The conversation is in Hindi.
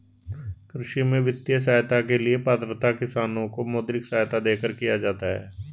कृषि में वित्तीय सहायता के लिए पात्रता किसानों को मौद्रिक सहायता देकर किया जाता है